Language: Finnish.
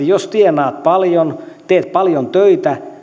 jos tienaat euromääräisesti paljon teet paljon töitä